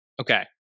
Okay